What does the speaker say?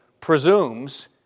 presumes